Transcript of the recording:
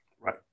Right